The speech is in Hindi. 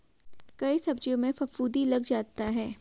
कई सब्जियों में फफूंदी लग जाता है